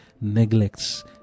neglects